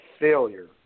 failure